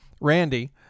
Randy